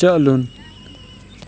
چلُن